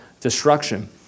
destruction